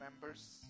members